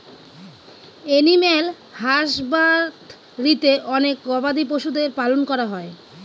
animal হাসবাদরীতে অনেক গবাদি পশুদের পালন করা হয়